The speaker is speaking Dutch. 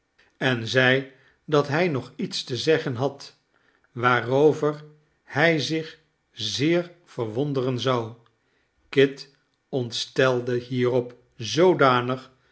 en zeide dat hij nog iets te zeggen had waarover hij zich zeer verwonderen zou kit ontstelde hierop zoodanig